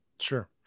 sure